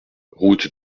route